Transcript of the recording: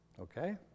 Okay